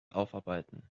aufarbeiten